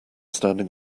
standing